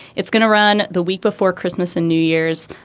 it's going to run the week before christmas and new year's.